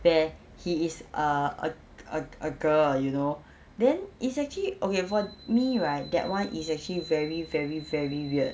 there he is a a a a girl you know then it's actually okay for me right that one is actually very very very weird